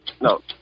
No